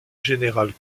général